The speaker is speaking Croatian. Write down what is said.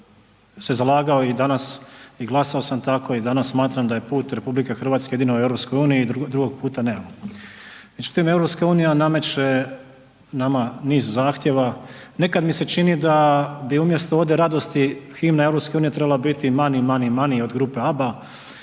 se zalagao i glasao sam tako i danas smatram da je put RH jedino u EU i drugog puta nemamo. Međutim, EU nameće nama niz zahtjeva. Nekada mi se čini da bi umjesto „Ode radosti“ himna EU trebala biti „Money, money, money“ od grupe ABBA